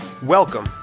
Welcome